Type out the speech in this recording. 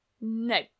No